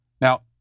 Now